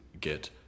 get